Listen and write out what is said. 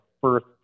first